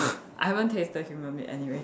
I haven't tasted human meat anyway